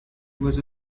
was